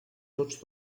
tots